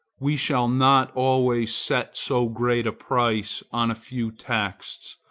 we shall not always set so great a price on a few texts,